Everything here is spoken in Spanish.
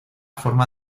forma